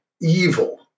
evil